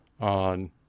on